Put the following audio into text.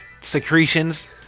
secretions